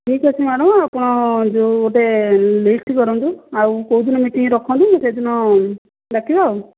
ଠିକ୍ ଅଛି ମ୍ୟାଡ଼ାମ୍ ଆପଣ ଯେଉଁ ଗୋଟେ ଲିଷ୍ଟ୍ କରନ୍ତୁ ଆଉ କେଉଁଦିନ ମିଟିଂ ରଖନ୍ତୁ ମୁଁ ସେଇଦିନ ଡାକିବା ଆଉ